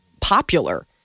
popular